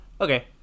Okay